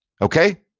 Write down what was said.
Okay